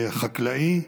חקלאי,